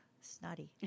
snotty